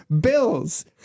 Bills